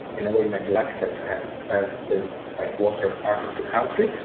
in a way neglected as the backwater part of the country.